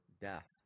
death